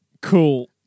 Cool